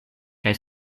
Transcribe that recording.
kaj